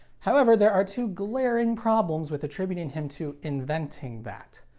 however, there are two glaring problems with attributing him to inventing that.